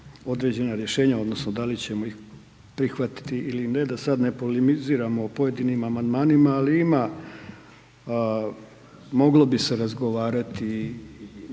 određena rješenja odnosno da li ćemo ih prihvatiti ili ne, da sad ne poleminiziramo o pojedinim Amandmanima, ali ima, moglo bi se razgovarati